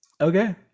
okay